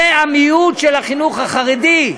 זה המיעוט של החינוך החרדי.